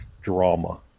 drama